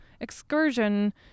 excursion